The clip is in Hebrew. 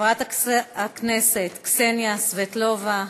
חברת הכנסת קסניה סבטלובה,